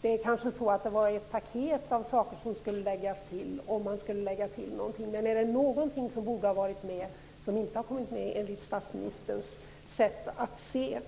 Det är kanske så att det var ett paket av saker som skulle läggas till, om man skulle lägga till någonting. Är det någonting som borde har varit med men som inte har varit med enligt statsministerns sätt att se?